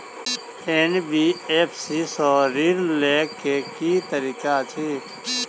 NBFC सँ ऋण लय केँ की तरीका अछि?